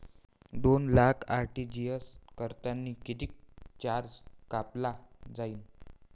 दोन लाख आर.टी.जी.एस करतांनी कितीक चार्ज कापला जाईन?